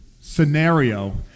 scenario